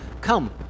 come